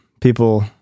people